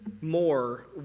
more